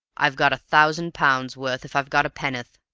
i've got a thousand pounds' worth if i've got a penn'oth.